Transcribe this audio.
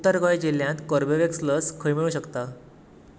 उत्तर गोंय जिल्ल्यांत कॉर्बेवॅक्स लस खंय मेळूं शकता